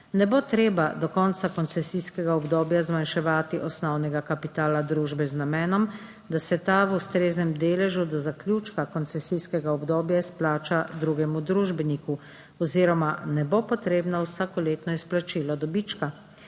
ne bo treba do konca koncesijskega obdobja zmanjševati osnovnega kapitala družbe z namenom, da se ta v ustreznem deležu do zaključka koncesijskega obdobja izplača drugemu družbeniku oziroma ne bo potrebno vsakoletno izplačilo dobička.